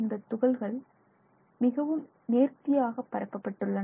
இந்த துகள்கள் மிகவும் நேர்த்தியாக பரப்பப்பட்டுள்ளன